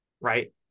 right